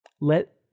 Let